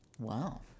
Wow